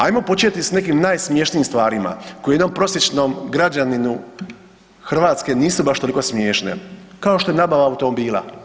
Ajmo početi sa nekim najsmješnijim stvarima koje jednom prosječnom građaninu nisu baš toliko smiješne, kao što je nabava automobila.